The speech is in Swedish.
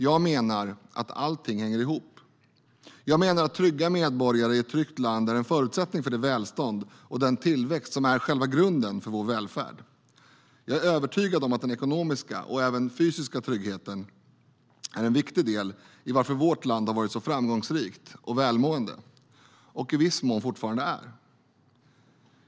Jag menar att allt hänger ihop. Jag menar att trygga medborgare i ett tryggt land är en förutsättning för det välstånd och den tillväxt som är själva grunden för vår välfärd. Jag är övertygad om att den ekonomiska och även den fysiska tryggheten är en viktig del i varför vårt land har varit så framgångsrikt och välmående och i viss mån fortfarande är det.